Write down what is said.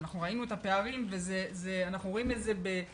ואנחנו ראינו את הפערים ואנחנו רואים את זה בחוש.